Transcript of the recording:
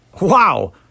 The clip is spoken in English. wow